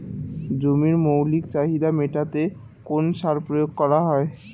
জমির মৌলিক চাহিদা মেটাতে কোন সার প্রয়োগ করা হয়?